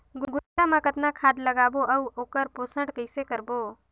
गुनजा मा कतना खाद लगाबो अउ आऊ ओकर पोषण कइसे करबो?